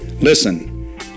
Listen